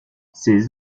ses